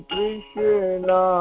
Krishna